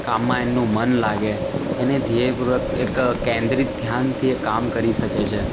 કામમાં એમનું મન લાગે એને ધ્યેયપૂર્વક એક કેન્દ્રિત ધ્યાનથી એ કામ કરી શકે છે